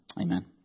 Amen